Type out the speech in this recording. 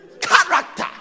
Character